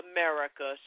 America